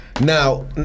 Now